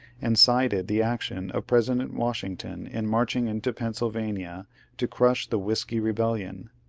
and cited the action of president washington in marching into pennsylvania to crush the whiskey bebellion.